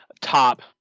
top